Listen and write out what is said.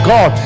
God